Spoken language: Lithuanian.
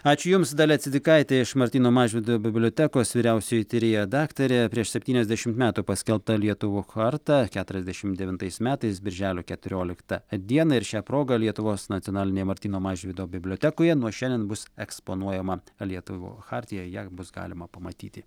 ačiū jums dalia cidzikaitė iš martyno mažvydo bibliotekos vyriausioji tyrėja daktarė prieš septyniasdešim metų paskelbta lietuvių charta keturiasdešim devintais metais birželio keturioliktą dieną ir šia proga lietuvos nacionalinėje martyno mažvydo bibliotekoje nuo šiandien bus eksponuojama lietuvo chartija ją bus galima pamatyti